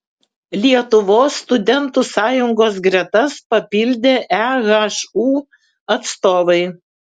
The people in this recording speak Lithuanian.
lietuvos studentų sąjungos gretas papildė ehu atstovai